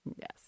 Yes